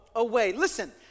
Listen